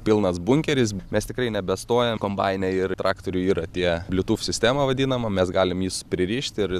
pilnas bunkeris mes tikrai nebestoja kombainai ir traktoriui yra tie bliūtūf sistema vadinama mes galim juos pririšt ir